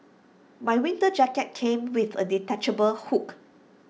my winter jacket came with A detachable hood